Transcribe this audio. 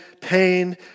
pain